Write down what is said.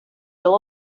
will